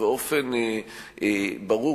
ובאופן ברור,